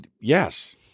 Yes